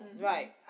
Right